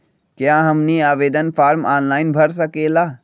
क्या हमनी आवेदन फॉर्म ऑनलाइन भर सकेला?